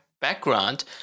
background